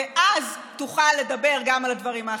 ואז תוכל לדבר גם על הדברים האחרים.